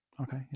Okay